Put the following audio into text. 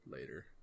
later